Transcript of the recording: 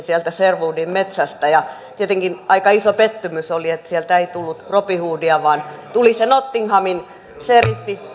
sieltä sherwoodin metsästä ja tietenkin aika iso pettymys oli että sieltä ei tullut robin hoodia vaan tuli se nottinghamin seriffi